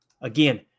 Again